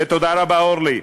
ותודה רבה, אורלי,